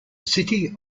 city